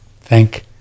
thank